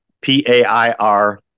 P-A-I-R